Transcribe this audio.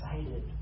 excited